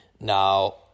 Now